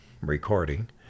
recording